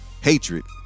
hatred